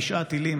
תשעה טילים,